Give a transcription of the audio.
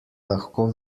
lahko